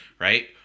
Right